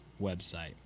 website